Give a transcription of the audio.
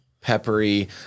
peppery